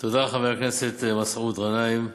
תודה, חבר הכנסת מסעוד גנאים,